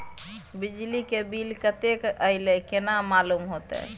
बिजली के बिल कतेक अयले केना मालूम होते?